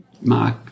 Mark